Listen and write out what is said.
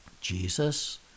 Jesus